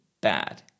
bad